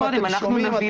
אתם שומעים,